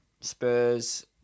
Spurs